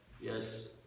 Yes